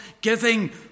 giving